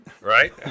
right